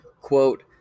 Quote